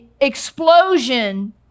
explosion